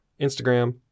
Instagram